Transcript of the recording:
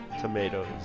Tomatoes